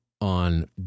on